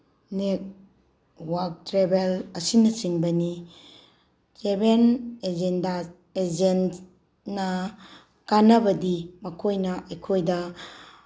net ꯋꯥꯛ travel ꯑꯁꯤꯅꯆꯤꯡꯕꯅꯤ travel ꯑꯦꯖꯦꯟꯗꯥ ꯑꯦꯖꯦꯟꯅ ꯀꯥꯟꯅꯕꯗꯤ ꯃꯈꯣꯏꯅ ꯑꯩꯈꯣꯏꯗ